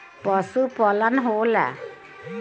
पशुपलन का होला?